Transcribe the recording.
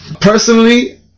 Personally